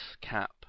cap